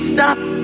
Stop